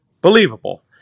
believable